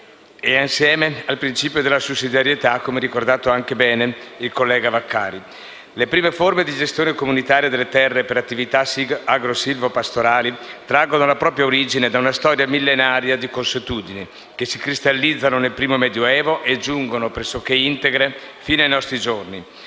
e, insieme, della sussidiarietà, come ricordato bene dal collega Vaccari. Le prime forme di gestione comunitaria delle terre per attività agro-silvo-pastorali traggono la propria origine da una storia millenaria di consuetudini, che si cristallizzano nel primo Medioevo e giungono, pressoché integre, fino ai giorni